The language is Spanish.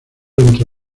entre